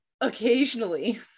Occasionally